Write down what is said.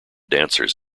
dancers